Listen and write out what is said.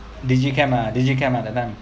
digi cam ah digi cam ah that time